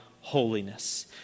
holiness